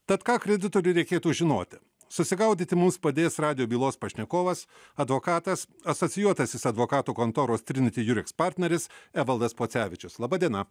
tad ką kreditoriui reikėtų žinoti susigaudyti mums padės radijo bylos pašnekovas advokatas asocijuotasis advokatų kontoros triniti jureks partneris evaldas pocevičius laba diena